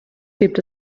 gibt